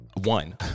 one